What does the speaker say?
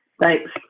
thanks